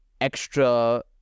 extra